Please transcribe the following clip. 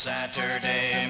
Saturday